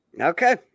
Okay